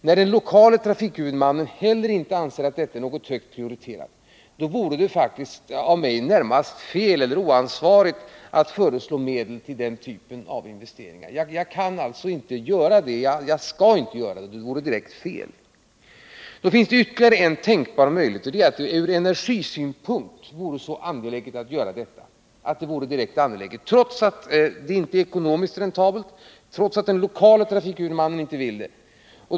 När den lokala trafikhuvudmannen inte heller anser upprustningen vara högt prioriterad, vore det faktiskt närmast fel eller oansvarigt av mig att föreslå medel till den typen av investering. Det kan jag alltså inte göra. Jag t.o.m. inte skall göra det — det vore direkt fel. Då finns det ytterligare en tänkbar möjlighet, nämligen att det här företaget ur energisynpunkt skulle vara angeläget — trots att det inte är ekonomiskt räntabelt och trots att den lokala trafikhuvudmannen inte vill detta.